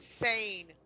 insane